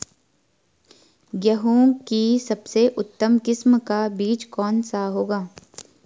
गेहूँ की सबसे उत्तम किस्म का बीज कौन सा होगा?